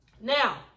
now